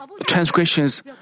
transgressions